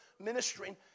ministering